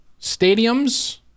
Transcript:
stadiums